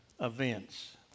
Events